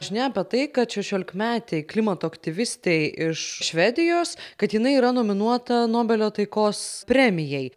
žinia apie tai kad šešiolikmetei klimato aktyvistei iš švedijos kad jinai yra nominuota nobelio taikos premijai